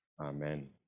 Amen